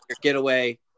getaway